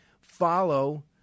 follow